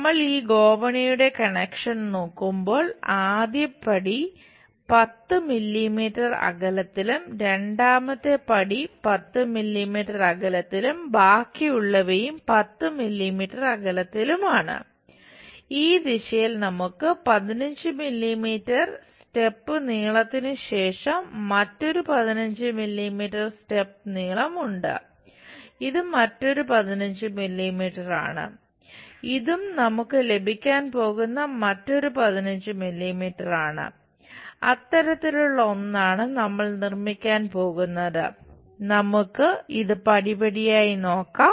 നമ്മൾ ഈ ഗോവണിയുടെ കണക്ഷൻ ആകാം